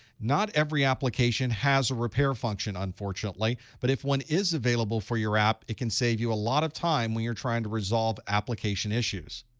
not every application has a repair function unfortunately. but if one is available for your app, it can save you a lot of time when you're trying to resolve application issues.